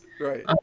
right